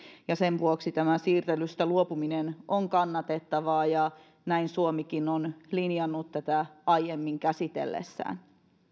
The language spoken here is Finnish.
ja sen vuoksi siirtelystä luopuminen on kannatettavaa ja näin suomikin on linjannut tätä aiemmin käsitellessään